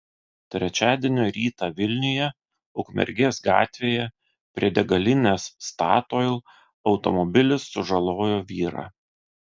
trečiadienio rytą vilniuje ukmergės gatvėje prie degalinės statoil automobilis sužalojo vyrą